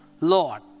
Lord